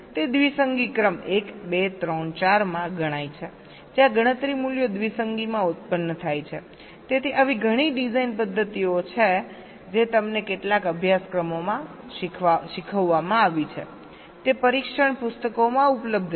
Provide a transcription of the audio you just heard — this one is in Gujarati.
તે દ્વિસંગી ક્રમ 1 2 3 4 માં ગણાય છે જ્યાં ગણતરી મૂલ્યો દ્વિસંગીમાં ઉત્પન્ન થાય છે તેથી આવી ઘણી ડિઝાઇન પદ્ધતિઓ છે જે તમને કેટલાક અભ્યાસક્રમોમાં શીખવવામાં આવી છે તે પરીક્ષણ પુસ્તકોમાં ઉપલબ્ધ છે